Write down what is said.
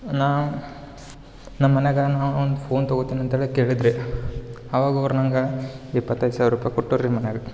ನಾವು ನಮ್ಮನೆಯಾಗಾ ನಾವು ಒಂದು ಫೋನ್ ತಗೋತೀನಿ ಅಂತೇಳಿ ಕೇಳಿದ್ರಿ ಆವಾಗ ಅವ್ರು ನಂಗಾ ಇಪ್ಪತ್ತೈದು ಸಾವಿರ ರುಪಾಯಿ ಕೊಟ್ಟವ್ರೀ ಮನೆಯಾಗ